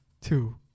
Two